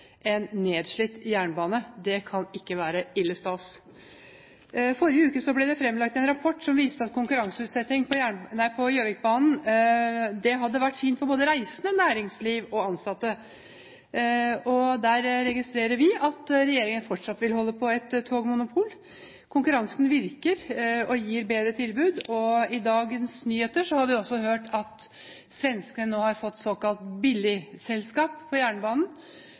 en nedslitt jernbane. Det kan ikke være ille stas. Forrige uke ble det fremlagt en rapport som viste at konkurranseutsetting på Gjøvikbanen hadde vært fint for både reisende, næringsliv og ansatte. Der registrerer vi at regjeringen fortsatt vil holde på et togmonopol. Konkurransen virker og gir bedre tilbud. I dagens nyheter har vi også hørt at svenskene nå har fått et såkalt billigselskap på jernbanen,